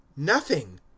Nothing